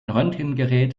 röntgengerät